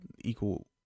equal